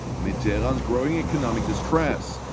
amid tehran's growing economic distress.